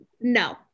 no